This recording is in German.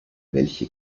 welche